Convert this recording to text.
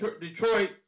Detroit